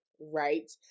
right